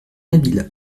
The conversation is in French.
habile